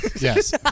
Yes